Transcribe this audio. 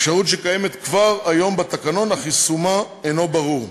אפשרות שקיימת כבר היום בתקנון אך יישומה אינו ברור.